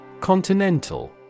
Continental